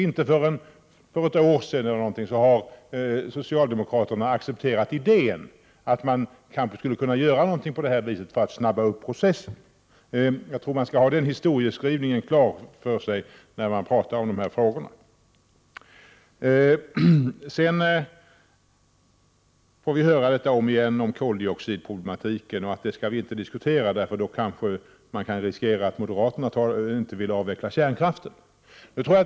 Inte förrän för ungefär ett år sedan accepterade socialdemokraterna idén att man kanske skulle kunna göra något i det här avseendet för att snabba upp processen. Jag tror att man skall ha den historieskrivningen klar för sig när man talar om dessa frågor. Om igen får vi nu höra detta om koldioxidproblemen och att vi inte skall diskutera dessa saker — för då kanske man kan riskera att moderaterna inte vill avveckla kärnkraften.